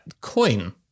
coin